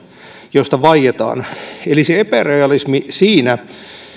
josta vaietaan eli se epärealismi siinä